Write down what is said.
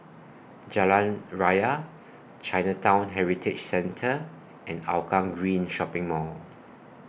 Jalan Raya Chinatown Heritage Centre and Hougang Green Shopping Mall